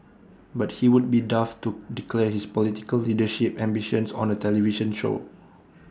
but he would be daft to declare his political leadership ambitions on A television show